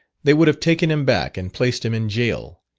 they would have taken him back and placed him in goal,